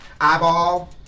eyeball